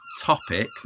topic